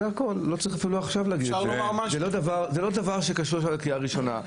אבל זה לא דבר שקשור לקריאה הראשונה.